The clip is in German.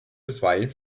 bisweilen